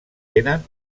tenen